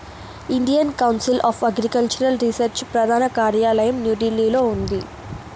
Indian council of agricultural research ప్రధాన కార్యాలయం న్యూఢిల్లీలో ఉంది